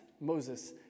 Moses